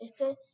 este